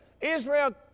Israel